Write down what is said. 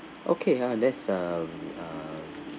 okay uh that's a um